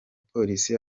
polisi